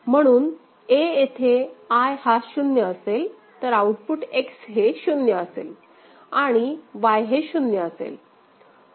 म्हणून a येथे I हा शून्य असेल तर आउटपुट X हे 0 असेल आणि Y हे 0 असेल